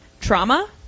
trauma